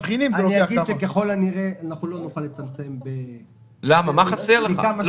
ככל הנראה אנחנו לא נוכל לצמצם --- תגיד מה חסר לך.